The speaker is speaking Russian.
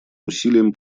усилиям